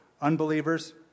unbelievers